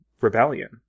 rebellion